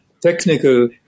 technical